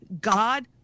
God